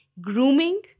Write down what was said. grooming